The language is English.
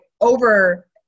over